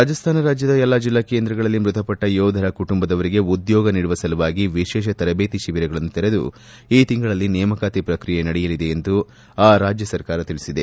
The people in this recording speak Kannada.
ರಾಜಸ್ತಾನ್ ರಾಜ್ಯದ ಎಲ್ಲಾ ಜಿಲ್ಲಾ ಕೇಂದ್ರಗಳಲ್ಲಿ ಮೃತಪಟ್ಟ ಯೋಧರ ಕುಟುಂಬದವರಿಗೆ ಉದ್ಯೋಗ ನೀಡುವ ಸಲುವಾಗಿ ವಿಶೇಷ ತರದೇತಿ ಶಿಬಿರಗಳನ್ನು ತೆರೆದು ಈ ತಿಂಗಳಲ್ಲಿ ನೇಮಕಾತಿ ಪ್ರಕ್ರಿಯೆ ನಡೆಯಲಿದೆ ಎಂದು ರಾಜ್ಯ ಸರ್ಕಾರ ತಿಳಿಸಿದೆ